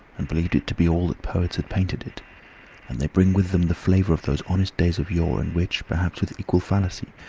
and believed it to be all that poets had painted it and they bring with them the flavour of those honest days of yore, in which, perhaps with equal fallacy,